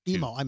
Emo